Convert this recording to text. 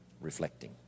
Reflecting